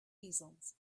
easels